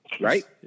Right